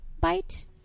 bite